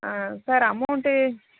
sir amount